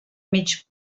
mig